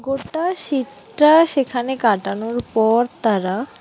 গোটা শীতটা সেখানে কাটানোর পর তারা